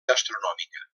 gastronòmica